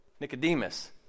Nicodemus